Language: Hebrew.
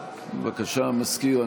בבקשה, המזכיר.